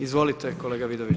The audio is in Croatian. Izvolite kolega Vidović.